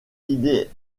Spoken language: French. idées